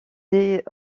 des